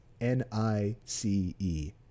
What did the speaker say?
N-I-C-E